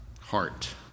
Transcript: heart